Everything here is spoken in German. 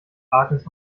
agnes